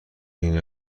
این